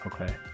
Okay